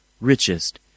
richest